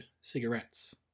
cigarettes